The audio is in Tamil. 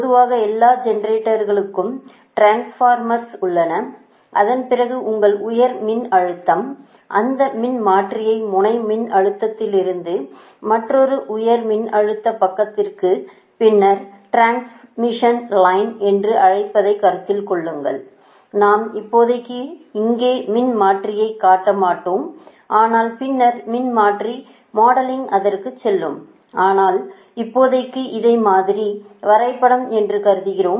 பொதுவாக எல்லா ஜெனரேட்டர்களுக்கும் டிரான்ஸ்பார்மர்கள் உள்ளன அதன்பிறகு உங்கள் உயர் மின்னழுத்தம் அந்த மின்மாற்றியை முனைய மின்னழுத்தத்திலிருந்து மற்றொரு உயர் மின்னழுத்த பக்கத்திற்கு பின்னர் டிரான்ஸ்மிஷன் லைன் என்று அழைப்பதை கருத்தில் கொள்ளுங்கள் நாம் இப்போதைக்கு இங்கே மின்மாற்றியைக் காட்ட மாட்டோம் ஆனால் பின்னர் மின்மாற்றி மாடலிங் அதற்கு செல்லும் ஆனால் இப்போதைக்கு இதை மாதிரி வரைபடம் என்று கருதுகிறோம்